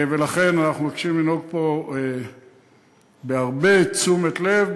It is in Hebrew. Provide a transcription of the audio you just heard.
ולכן אנחנו מבקשים לנהוג פה בהרבה תשומת לב,